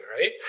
right